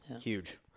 huge